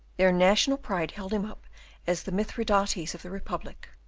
their national pride held him up as the mithridates of the republic.